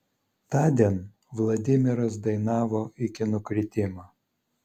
tądien vladimiras dainavo iki nukritimo